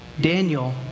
Daniel